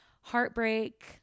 heartbreak